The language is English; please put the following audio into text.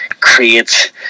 create